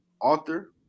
author